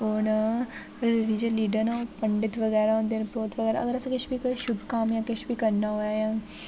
ओह् न religion leader न पंडित बगैरा होंदे न परोह्त बगैरा अगर अस किश बी कोई शुभ कम्म जां किश बी करना होऐ जां